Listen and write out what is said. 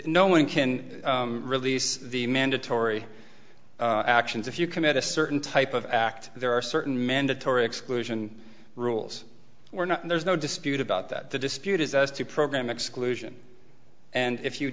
no one can release the mandatory actions if you commit a certain type of act there are certain mandatory exclusion rules or not and there's no dispute about that the dispute is as to program exclusion and if you